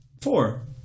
Four